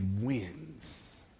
wins